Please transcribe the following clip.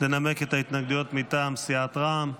לנמק את ההתנגדויות מטעם סיעת רע"מ,